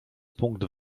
punkt